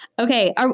Okay